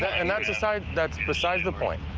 and that's aside that's besides the point,